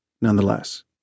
nonetheless